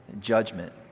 judgment